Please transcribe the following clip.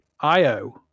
IO